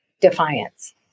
defiance